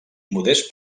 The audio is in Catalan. modest